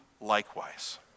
likewise